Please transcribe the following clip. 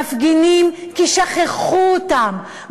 מפגינים כי שכחו אותם,